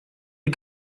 hay